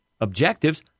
objectives